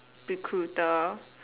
recruiter